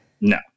No